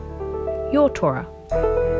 YourTorah